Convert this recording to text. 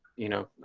you know,